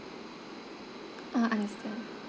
ah understand